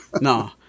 No